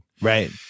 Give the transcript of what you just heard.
Right